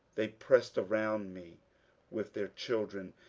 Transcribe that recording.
they pressed around me with their children,